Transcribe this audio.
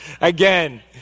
Again